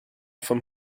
vom